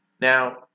Now